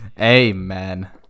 Amen